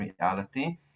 reality